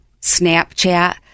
Snapchat